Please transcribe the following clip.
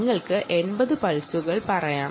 നിങ്ങൾക്ക് 80 പൾസുകൾ ആണെന്ന് പറയാം